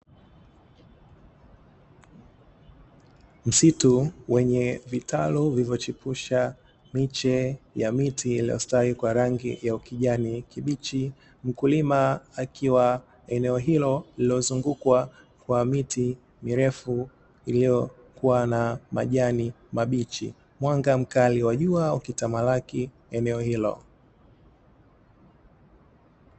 Msitu wenye vitalu vilivyochipusha miche ya miti iliyostawi kwa rangi ya ukijani kibichi, mkulima akiwa eneo hilo lililozungukwa kwa miti mirefu iliyokuwa na majani mabichi mwanga mkali wa jua wa kitamalaki eneo hilo.